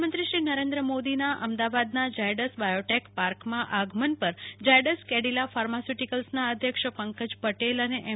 પ્રધાનમંત્રી શ્રી નરેન્દ્ર મોદીનું અમદાવાદના ઝાયડસ બાયોટેક પાર્કમાં આગમન પર ઝાયડસ કેડીલા ફાર્માસ્યુટીકલ્સના અધ્યક્ષ પંકજ પટેલ અને એમ